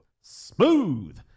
Smooth